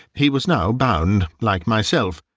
he was now bound, like myself.